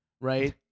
right